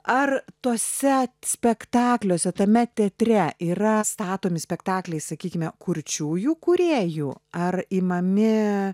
ar tuose spektakliuose tame teatre yra statomi spektakliai sakykime kurčiųjų kūrėjų ar imami